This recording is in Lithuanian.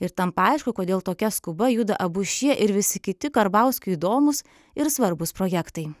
ir tampa aišku kodėl tokia skuba juda abu šie ir visi kiti karbauskiui įdomūs ir svarbūs projektai